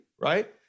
right